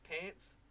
pants